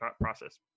process